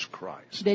Christ